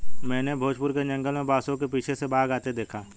मैंने भोजपुर के जंगल में बांसों के पीछे से बाघ आते देखा